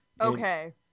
Okay